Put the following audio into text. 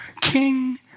king